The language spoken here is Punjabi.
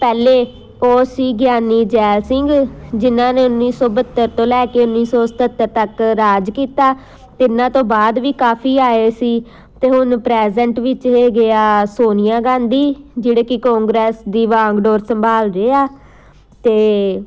ਪਹਿਲੇ ਉਹ ਸੀ ਗਿਆਨੀ ਜੈਲ ਸਿੰਘ ਜਿਨ੍ਹਾਂ ਨੇ ਉੱਨੀ ਸੌ ਬਹੱਤਰ ਤੋਂ ਲੈ ਕੇ ਉੱਨੀ ਸੌ ਸਤੱਤਰ ਤੱਕ ਰਾਜ ਕੀਤਾ ਅਤੇ ਇਹਨਾਂ ਤੋਂ ਬਾਅਦ ਵੀ ਕਾਫੀ ਆਏ ਸੀ ਅਤੇ ਹੁਣ ਪ੍ਰੈਜੈਂਟ ਵਿੱਚ ਹੈਗੇ ਆ ਸੋਨੀਆ ਗਾਂਧੀ ਜਿਹੜੇ ਕਿ ਕੋਂਗਰੈਸ ਦੀ ਵਾਂਗਡੋਰ ਸੰਭਾਲ ਰਹੇ ਆ ਅਤੇ